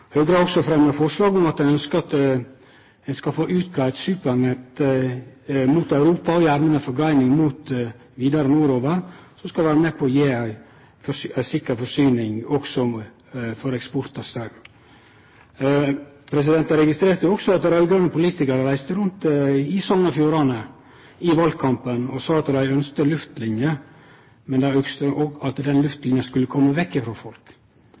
Høgre har også fremja forslag om at ein ønskjer å få utgreidd eit supernett til Europa, og gjerne med forgreining vidare nordover, som skal vere med på å gje ei sikker forsyning, og også for eksport av straum. Eg registrerte også at raud-grøne politikarar reiste rundt i Sogn og Fjordane i valkampen og sa at dei ønskte luftlinje, men dei ønskte at den luftlinja skulle kome vekk frå folk.